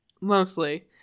Mostly